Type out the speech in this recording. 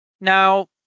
now